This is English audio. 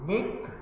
Make